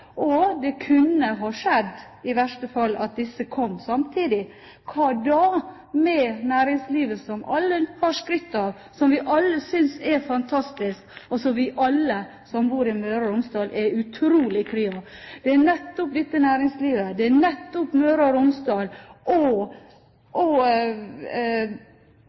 tilfeller. Det kunne i verste fall ha skjedd at begge vulkanene kom samtidig. Hva da med næringslivet, som alle har skrytt av, som vi alle syns er fantastisk, og som alle vi som bor i Møre og Romsdal, er utrolig kry av? Det er nettopp dette næringslivet, det er nettopp Møre og Romsdal, reiselivsnæringen og mulighetene med det som skal produseres og